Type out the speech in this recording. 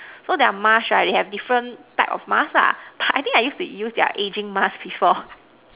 so their mask right they have different type of mask lah I think used to use their ageing mask before